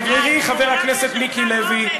חבר הכנסת מיקי לוי,